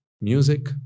music